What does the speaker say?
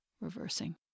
reversing